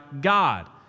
God